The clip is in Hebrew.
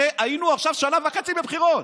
הרי היינו עכשיו שנה וחצי בבחירות.